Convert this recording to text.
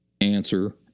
Answer